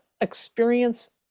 experience